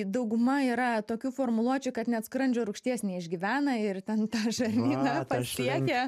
dauguma yra tokių formuluočių kad net skrandžio rūgšties neišgyvena ir ten tą žarnyną pasiekia